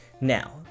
now